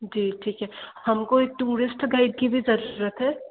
जी ठीक है हम को एक टूरिस्ट गाइड की भी ज़रूरत है